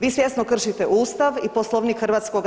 Vi svjesno kršite ustav i Poslovnik HS.